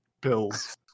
Pills